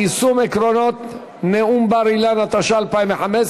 מתנגדים, אין נמנעים.